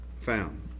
found